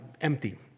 empty